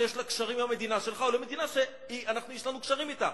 שיש לה קשרים עם המדינה שלך או למדינה שיש לנו קשרים אתה,